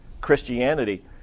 Christianity